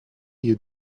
you